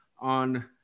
on